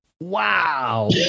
Wow